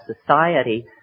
society